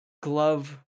glove